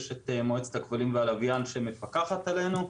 יש מועצת הכבלים והלוויין שמפקחת עלינו,